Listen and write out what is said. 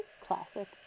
Classic